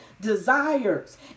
desires